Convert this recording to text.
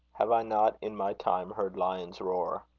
have i not in my time heard lions roar?